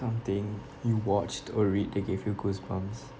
something you watched or read that gave you goosebumps